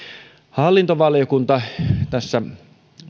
hallintovaliokunta tässä